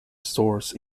stores